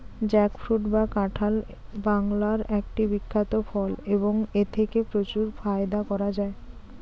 jackfruit বা কাঁঠাল বাংলার একটি বিখ্যাত ফল এবং এথেকে প্রচুর ফায়দা করা য়ায়